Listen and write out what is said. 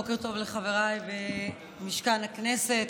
בוקר טוב לחבריי במשכן הכנסת,